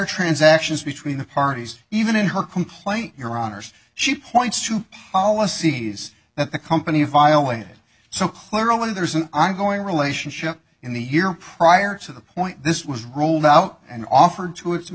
transactions between the parties even in her complaint your honour's she points to policies that the company violated so clearly there is an ongoing relationship in the year prior to the point this was rolled out and offered t